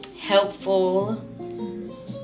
helpful